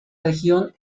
región